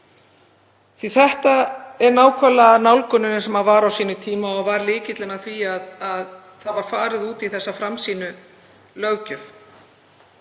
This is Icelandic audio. Þetta er nákvæmlega nálgunin sem var á sínum tíma og var lykillinn að því að farið var út í þessa framsýnu löggjöf.